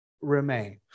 remain